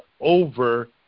over